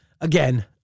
again